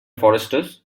foresters